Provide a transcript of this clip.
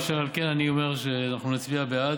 אשר על כן, אני אומר שאנחנו נצביע בעד.